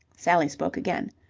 sally spoke again.